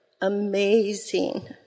amazing